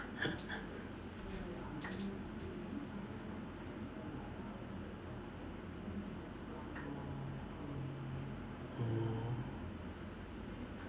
mm